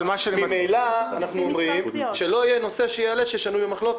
--- ממילא אנחנו אומרים שלא יהיה נושא שיעלה ששנוי במחלוקת.